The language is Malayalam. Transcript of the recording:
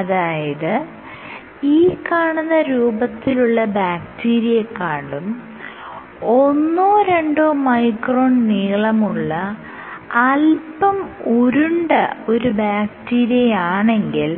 അതായത് ഈ കാണുന്ന രൂപത്തിൽ ഉള്ള ബാക്ടരീയേക്കാളും ഒന്നോ രണ്ടോ മൈക്രോൺ നീളമുള്ള അല്പം ഉരുണ്ട ഒരു ബാക്റ്റീരിയയാണെങ്കിൽ